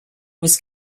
was